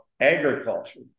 agriculture